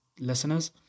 listeners